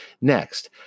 Next